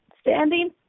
standing